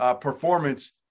performance